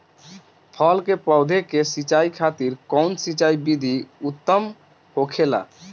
फल के पौधो के सिंचाई खातिर कउन सिंचाई विधि उत्तम होखेला?